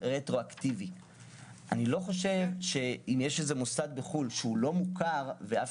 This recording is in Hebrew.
אני לא חושב שאם יש מוסד בחו"ל שהוא לא מוכר ואף